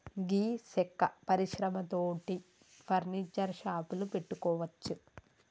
గీ సెక్క పరిశ్రమ తోటి ఫర్నీచర్ షాపులు పెట్టుకోవచ్చు